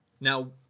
Now